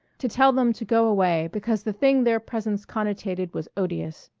to tell them to go away because the thing their presence connotated was odious.